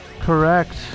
Correct